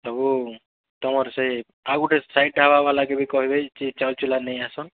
ସବୁ ତମର୍ ସେ ଆଉ ଗୁଟେ ସାଇଡ଼୍ ଢାବା ବାଲାକେ ବି କହିବେ ଯେ ଚାଉଲ୍ଚୁଲା ନେଇ ଆଏସନ୍